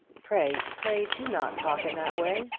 pray pray do not talk in that way.